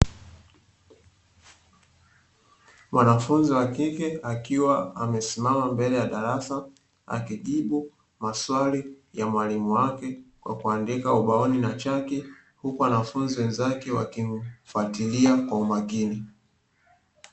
Mwanafunzi wa kike akiwa amesimama mbele ya darasa akijibu maswali ya mwalimu wake kwa kuandika ubaoni na chaki, huku wanafunzi wenzake wakimfuatilia kwa umakini.